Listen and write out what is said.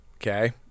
okay